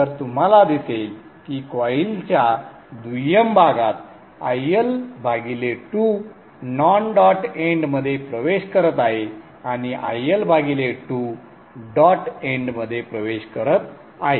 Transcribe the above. तर तुम्हाला दिसेल की कॉइलच्या दुय्यम भागात IL2 नॉन डॉट एंडमध्ये प्रवेश करत आहे आणि IL2 डॉट एंडमध्ये प्रवेश करत आहे